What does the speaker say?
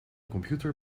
computer